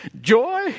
Joy